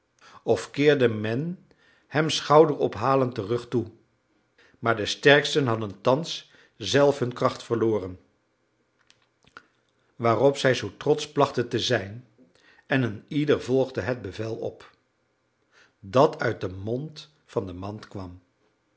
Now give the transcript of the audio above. of keerde men hem schouderophalend den rug toe maar de sterksten hadden thans zelf hun kracht verloren waarop zij zoo trotsch plachten te zijn en een ieder volgde het bevel op dat uit den mond van den man kwam